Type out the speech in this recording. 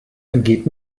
entgeht